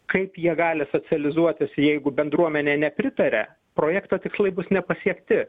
kaip jie gali socializuotis jeigu bendruomenė nepritaria projekto tikslai bus nepasiekti